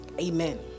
amen